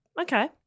Okay